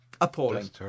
Appalling